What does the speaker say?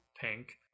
pink